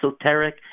esoteric